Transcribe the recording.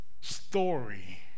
story